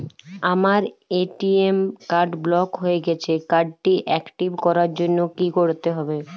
আমার ATM card block হয়ে গেছে কার্ড টি একটিভ করার জন্যে কি করতে হবে?